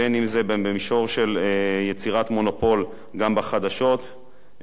בין שזה במישור של יצירת מונופול גם בחדשות,